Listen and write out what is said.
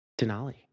Denali